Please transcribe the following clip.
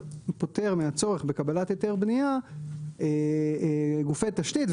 מהצורך בקבלת היתר בנייה גופי תשתית,